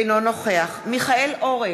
אינו נוכח מיכאל אורן,